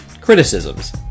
criticisms